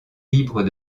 libre